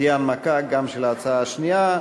תהיה הנמקה גם של ההצעה השנייה,